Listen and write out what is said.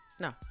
No